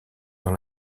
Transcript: dans